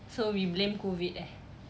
so we blame COVID eh